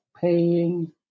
paying